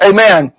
Amen